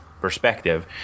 perspective